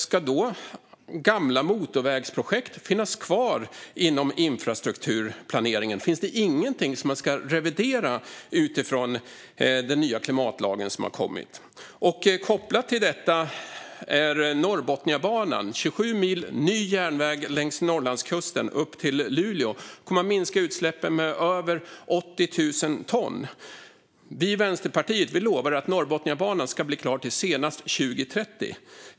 Ska då gamla motorvägsprojekt finnas kvar inom infrastrukturplaneringen? Finns det ingenting som man ska revidera utifrån den nya klimatlag som har kommit? Och kopplat till detta är Norrbotniabanan, 27 mil ny järnväg längs Norrlandskusten upp till Luleå, som kommer att minska utsläppen med över 80 000 ton. Vi i Vänsterpartiet lovade att Norrbotniabanan ska bli klar senast 2030.